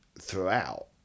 throughout